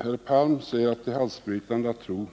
Herr Palm sade att det är halsbrytande att tro